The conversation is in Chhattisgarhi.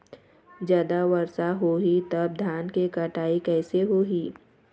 जादा वर्षा होही तब धान के कटाई कैसे होही?